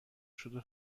شده